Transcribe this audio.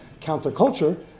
counterculture